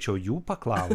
čia jau jų paklausk